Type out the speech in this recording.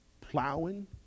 plowing